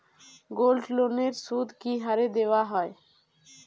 গোল্ডলোনের সুদ কি হারে দেওয়া হয়?